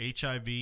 HIV